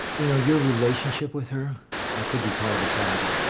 you know, your relationship with her could be part of the problem.